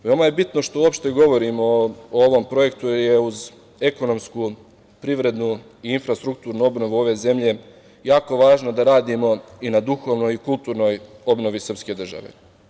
Veoma je bitno što uopšte govorimo o ovom projektu je uz ekonomsku, privredu i infrastrukturnu obnovu ove zemlje, jako je važno da radimo i na duhovnoj i kulturnoj obnovi srpske države.